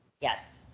Yes